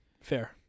Fair